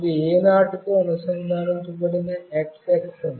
ఇది A0 కి అనుసంధానించబడిన x అక్షం